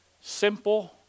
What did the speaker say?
simple